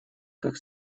как